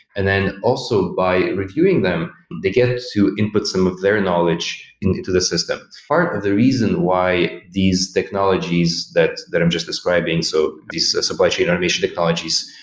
and then, also, by reviewing them, they get to input some of their knowledge into the system. part of the reason why these technologies that that i'm just describing, so these supply chain automation technologies,